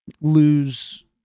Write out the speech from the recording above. lose